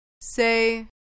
Say